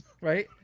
Right